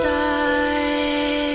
die